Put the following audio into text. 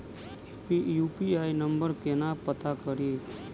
UPI number केना पत्ता कड़ी?